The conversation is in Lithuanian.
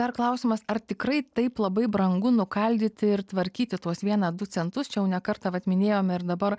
dar klausimas ar tikrai taip labai brangu nukaldyti ir tvarkyti tuos vieną du centus čia jau ne kartą vat minėjome ir dabar